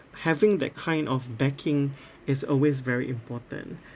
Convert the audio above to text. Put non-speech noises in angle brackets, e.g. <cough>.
having that kind of backing <breath> is always very important